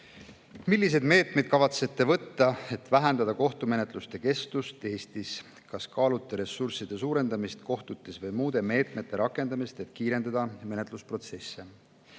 "Milliseid meetmeid kavatsete võtta, et vähendada kohtumenetluste kestust Eestis. Kas kaalute ressursside suurendamist kohtutes või muude meetmete rakendamist, et kiirendada menetlusprotsesse?"